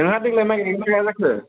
नोंहा देग्लाय माइ गाइगोन ना गाइआ जाखो